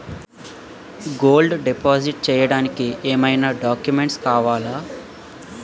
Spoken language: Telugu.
గోల్డ్ డిపాజిట్ చేయడానికి ఏమైనా డాక్యుమెంట్స్ కావాలా?